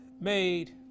made